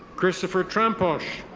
christopher tramposh.